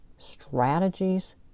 strategies